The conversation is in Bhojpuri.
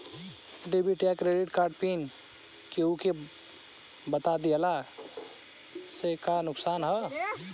डेबिट या क्रेडिट कार्ड पिन केहूके बता दिहला से का नुकसान ह?